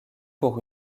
pour